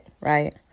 Right